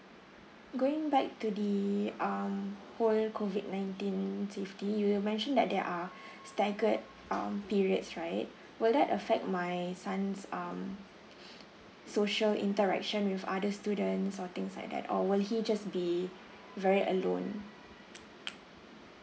going back to the um whole COVID nineteen safety you mention that there are staggered um periods right will that affect my son's um social interaction with other students or things like that or will he just be very alone